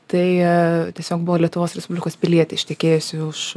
tai tiesiog buvo lietuvos respublikos pilietė ištekėjusi už